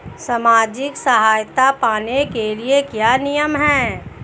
सामाजिक सहायता पाने के लिए क्या नियम हैं?